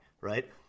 Right